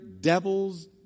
devils